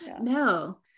No